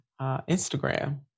Instagram